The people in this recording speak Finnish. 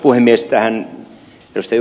tähän ed